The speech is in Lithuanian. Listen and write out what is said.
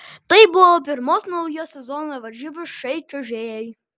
tai buvo pirmos naujo sezono varžybos šiai čiuožėjai